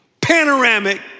panoramic